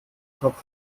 topf